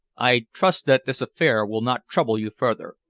i trust that this affair will not trouble you further.